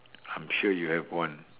I'm sure you have one